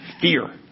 Fear